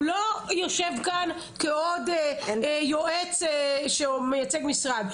הוא לא יושב כאן כעוד יועץ שמייצג משרד,